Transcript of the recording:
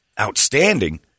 outstanding